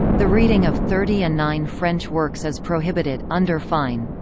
the reading of thirty and nine french works is prohibited, under fine.